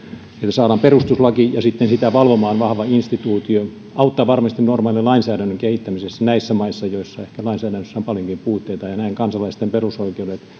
saadaan perustuslaki ja sitten sitä valvomaan vahva instituutio auttaa varmasti normaalin lainsäädännön kehittämisessä näissä maissa joissa ehkä lainsäädännössä on paljonkin puutteita ja näin kansalaisten perusoikeudet ja